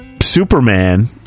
Superman